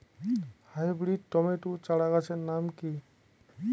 Hybrid tomato চারাগাছের নাম কি?